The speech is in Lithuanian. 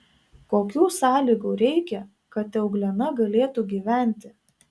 kokių sąlygų reikia kad euglena galėtų gyventi